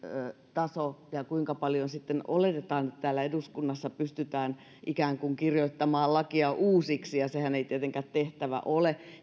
taso ja kuinka paljon sitten oletetaan että täällä eduskunnassa pystytään ikään kuin kirjoittamaan lakia uusiksi ja sehän ei tietenkään sen tehtävä ole